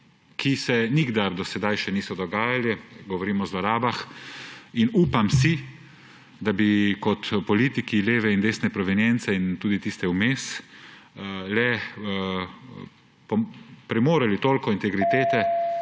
ki se nikdar do sedaj še niso dogajali, govorim o zlorabah, in upam, da bi kot politiki leve in desne provenience, in tudi tiste vmes, le premogli toliko integritete,